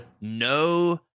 no